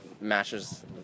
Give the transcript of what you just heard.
matches